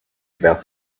about